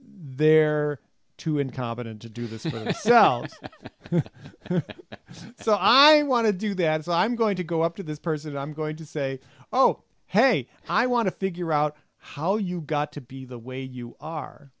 they're too incompetent to do this so i want to do that so i'm going to go up to this person i'm going to say oh hey i want to figure out how you got to be the way you are